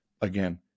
Again